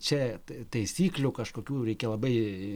čia tai taisyklių kažkokių reikia labai